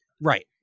Right